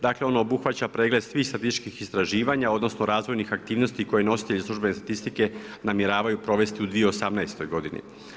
Dakle ono obuhvaća pregled svih statističkih istraživanja, odnosno razvojnih aktivnosti koje nositelji službene statistike namjeravaju provesti u 2018. godini.